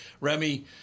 Remy